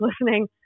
listening